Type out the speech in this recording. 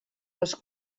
les